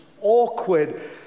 awkward